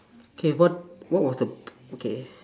okay what what was the okay